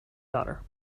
daughter